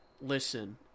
listen